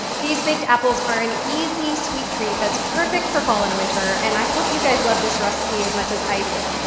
these baked apples are an easy sweet treat that's perfect for fall and winter, and i hope you guys love this recipe as much as i do.